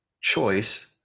choice